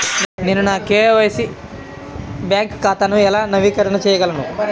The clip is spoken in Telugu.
నేను నా కే.వై.సి బ్యాంక్ ఖాతాను ఎలా నవీకరణ చేయగలను?